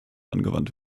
angewandt